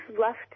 left